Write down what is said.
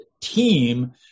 team